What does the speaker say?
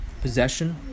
possession